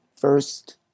first